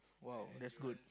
!wow! that's good